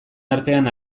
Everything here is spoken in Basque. artean